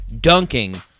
dunking